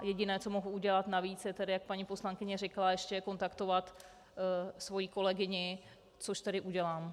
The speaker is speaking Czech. Jediné, co mohu udělat navíc, je tedy, jak paní poslankyně řekla, ještě kontaktovat svoji kolegyni, což tedy udělám.